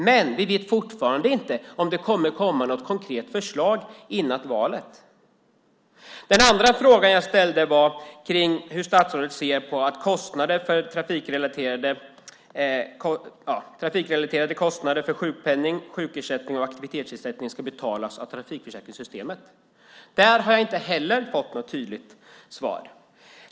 Men vi vet fortfarande inte om det kommer något konkret förslag innan valet. Den andra frågan som ställdes var hur statsrådet ser på att trafikrelaterade kostnader för sjukpenning, sjukersättning och aktivitetsersättning ska betalas av trafikförsäkringssystemet. Där har jag inte heller fått något tydligt svar.